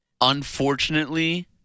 Unfortunately